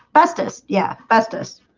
bestest. yeah bestest